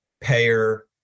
payer